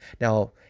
Now